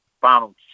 final